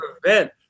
prevent